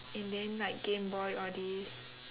and then like gameboy all these